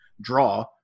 draw